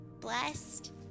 Blessed